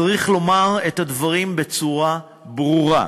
צריך לומר את הדברים בצורה ברורה: